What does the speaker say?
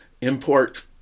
import